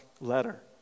letter